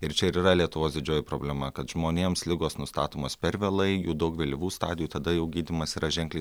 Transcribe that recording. ir čia yra lietuvos didžioji problema kad žmonėms ligos nustatomos per vėlai jų daug vėlyvų stadijų tada jau gydymas yra ženkliai